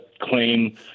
claim